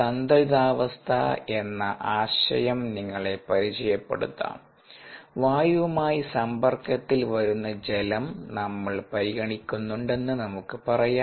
സന്തുലിതാവസ്ഥ എന്ന ആശയം നിങ്ങളെ പരിചയപ്പെടുത്താം വായുവുമായി സമ്പർക്കത്തിൽ വരുന്ന ജലം നമ്മൾ പരിഗണിക്കുന്നുണ്ടെന്ന് നമുക്ക് പറയാം